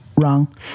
wrong